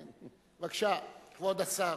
בבקשה, כבוד השר.